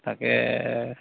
তাকে